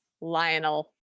Lionel